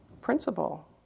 principle